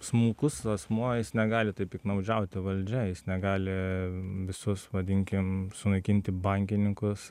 smulkus asmuo jis negali taip piktnaudžiauti valdžia jis negali visus vadinkim sunaikinti bankininkus